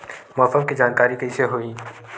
मौसम के जानकारी कइसे होही?